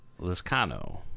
Liscano